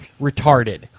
Retarded